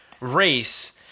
race